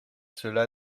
cela